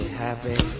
happy